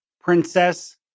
Princess